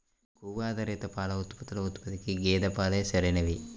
కొవ్వు ఆధారిత పాల ఉత్పత్తుల ఉత్పత్తికి గేదె పాలే సరైనవి